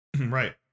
Right